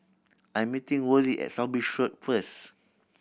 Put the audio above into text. I'm meeting Worley at South Bridge Should first